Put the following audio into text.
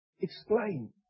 explain